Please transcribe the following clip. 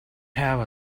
have